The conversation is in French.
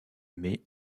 mai